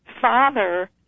father